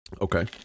Okay